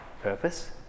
purpose